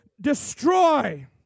destroy